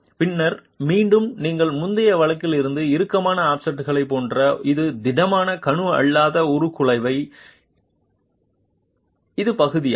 பின்னர் மீண்டும் நீங்கள் முந்தைய வழக்கில் இருந்தது இறுக்கமான ஆஃப்செட்கள் போன்ற இது திடமான கணு அல்லாத உருக்குலைவை இது பகுதியாக